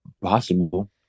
possible